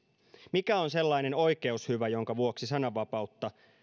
mikä on sellainen oikeushyvä jonka vuoksi sananvapautta